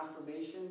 affirmation